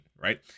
right